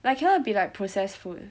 like cannot be like processed food